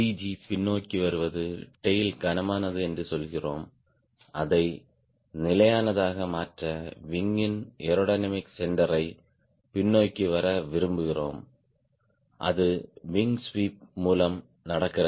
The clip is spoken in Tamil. G பின்னோக்கி வருவது டேய்ல் கனமானது என்று சொல்கிறோம் அதை நிலையானதாக மாற்ற விங் யின் ஏரோடைனமிக் சென்டர் யை பின்னோக்கி வர விரும்புகிறோம் அது விங் ஸ்வீப் மூலம் நடக்கிறது